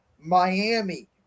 Miami